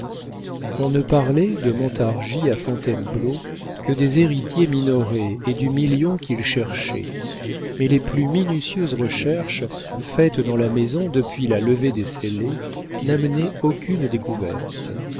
on ne parlait de montargis à fontainebleau que des héritiers minoret et du million qu'ils cherchaient mais les plus minutieuses recherches faites dans la maison depuis la levée des scellés n'amenaient aucune découverte